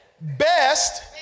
Best